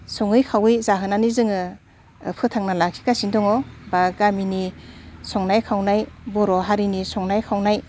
सङै खावै जाहोनानै जोङो फोथांना लाखिगासिनो दङ बा गामिनि संनाय खावनाय बर' हारिनि संनाय खावनाय